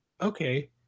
okay